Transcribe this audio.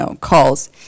calls